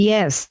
Yes